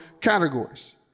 categories